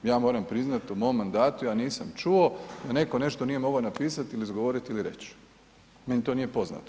Ja moram priznati u mom mandatu, ja nisam čuo da netko nešto nije mogao napisati ili izgovoriti ili reći, meni to nije poznato.